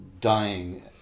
dying